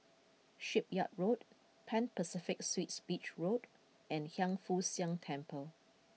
Shipyard Road Pan Pacific Suites Beach Road and Hiang Foo Siang Temple